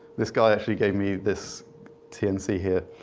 this guy actually gave me this tnc here,